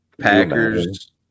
Packers